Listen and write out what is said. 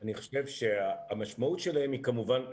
אני חושב שהמשמעות שלהן היא כמובן גדולה,